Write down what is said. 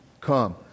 come